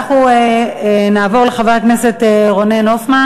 אנחנו נעבור לחבר הכנסת רונן הופמן.